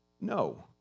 No